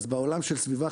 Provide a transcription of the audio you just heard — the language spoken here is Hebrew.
אז בעולם של סביבה,